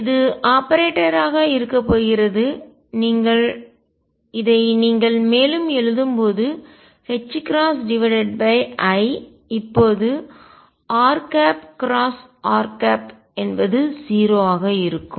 இது ஆபரேட்டராக இருக்கப் போகிறது இதை நீங்கள் மேலும் எழுதும்போது i இப்போது rr என்பது 0 ஆக இருக்கும்